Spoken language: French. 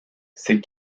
ces